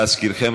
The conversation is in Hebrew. להזכירכם,